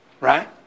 Right